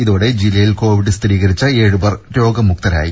ഇതോടെ ജില്ലയിൽ കോവിഡ് സ്ഥിരീകരിച്ച ഏഴുപേർ രോഗമുക്തരായി